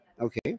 okay